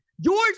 George